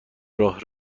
راه